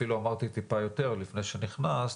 אפילו אמרתי טיפה יותר לפני שנכנסת,